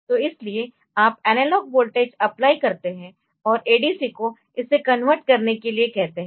तो इसलिए आप एनालॉग वोल्टेज अप्लाई करते है और ADC को इसे कन्वर्ट करने के लिए कहते है